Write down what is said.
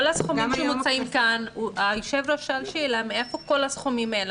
כל הסכומים שמוצעים כאן היושב-ראש שאל שאלה: מאיפה כל הסכומים האלה?